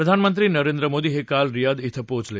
प्रधानमंत्री नरेंद्र मोदी हे काल रियाध धिं पोचले